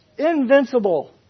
invincible